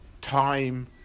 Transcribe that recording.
time